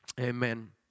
amen